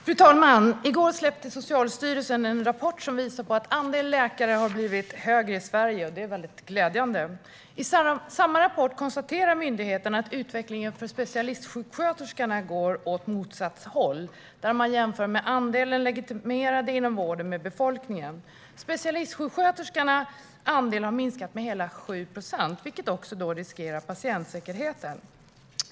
Fru talman! I går släppte Socialstyrelsen en rapport som visar att andelen läkare i Sverige har blivit högre. Det är väldigt glädjande. I samma rapport konstaterar myndigheten att utvecklingen för specialistsjuksköterskor går åt motsatt håll om man jämför andelen legitimerade inom vården med befolkningen. Specialistsjuksköterskornas andel har minskat med hela 7 procent, vilket riskerar patientsäkerheten.